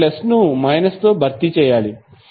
మీరు ప్లస్ను మైనస్తో భర్తీ చేయాలి